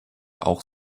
auch